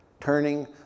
turning